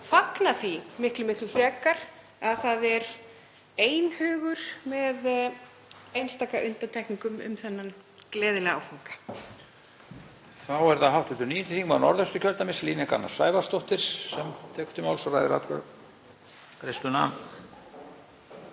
fagna því miklu frekar að það er einhugur, með einstaka undantekningum, um þennan gleðilega áfanga.